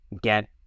get